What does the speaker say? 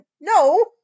no